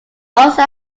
also